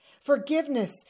forgiveness